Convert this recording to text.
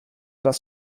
das